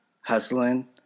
hustling